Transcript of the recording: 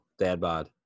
DadBod